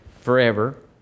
forever